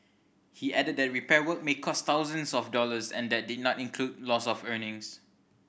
he added that repair work may cost thousands of dollars and that did not include loss of earnings